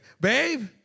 babe